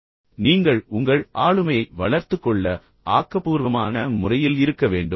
வெளிப்படையாக நீங்கள் உங்கள் ஆளுமையை வளர்த்துக் கொள்ள விரும்பினால் நீங்கள் ஆக்கபூர்வமான முறையில் இருக்க வேண்டும்